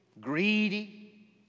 greedy